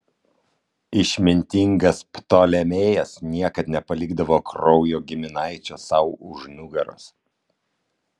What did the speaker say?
išmintingas ptolemėjas niekad nepalikdavo kraujo giminaičio sau už nugaros